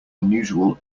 unusual